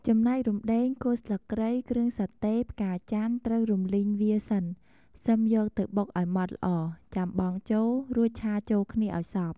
ចំណែករំដេង គល់ស្លឹកគ្រៃ គ្រឿងសាតេ ផ្កាចន្ទន៍ត្រូវរំលីងវាសិន សិមយកទៅបុកឱ្យម៉ដ្ឋល្អ ចាំបង់ចូល រួចឆាចូលគ្នាឱ្យសព្វ។